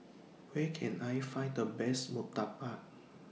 Where Can I Find The Best Murtabak